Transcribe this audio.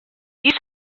you